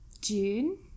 June